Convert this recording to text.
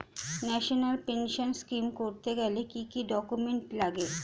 National pension scheme করতে গেলে কি কি ডকুমেন্ট লাগে?